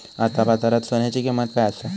आता बाजारात सोन्याची किंमत काय असा?